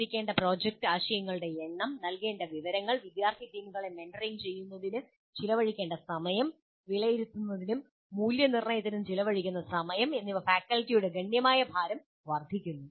സൃഷ്ടിക്കേണ്ട project ആശയങ്ങളുടെ എണ്ണം നൽകേണ്ട വിഭവങ്ങൾ വിദ്യാർത്ഥി ടീമുകളെ മെന്ററിംഗ് ചെയ്യുന്നതിന് ചെലവഴിക്കേണ്ട സമയം വിലയിരുത്തലിനും മൂല്യനിർണ്ണയത്തിനും ചെലവഴിക്കുന്ന സമയം എന്നിവ ഫാക്കൽറ്റിയുടെ ഗണ്യമായ ഭാരം പ്രതിനിധീകരിക്കുന്നു